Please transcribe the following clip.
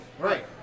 Right